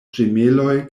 ĝemeloj